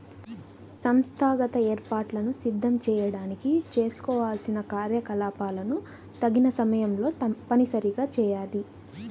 సంస్థాగత ఏర్పాట్లను సిద్ధం చేయడానికి చేసుకోవాల్సిన కార్యకలాపాలను తగిన సమయంలో తప్పనిసరిగా చేయాలి